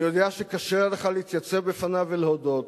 אני יודע שקשה לך להתייצב בפניו ולהודות